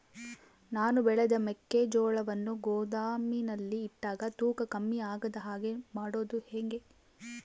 ನಾನು ಬೆಳೆದ ಮೆಕ್ಕಿಜೋಳವನ್ನು ಗೋದಾಮಿನಲ್ಲಿ ಇಟ್ಟಾಗ ತೂಕ ಕಮ್ಮಿ ಆಗದ ಹಾಗೆ ಮಾಡೋದು ಹೇಗೆ?